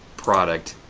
product,